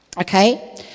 Okay